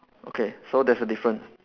okay so there's a different